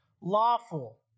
lawful